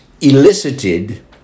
elicited